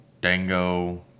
dango